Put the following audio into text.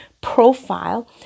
profile